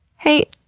hey,